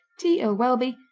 t. earle welby,